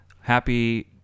Happy